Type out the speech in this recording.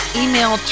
email